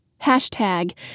hashtag